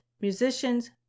musicians